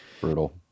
Brutal